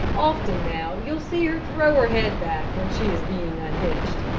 often now, you'll see her throw her head back when she is being unhitched.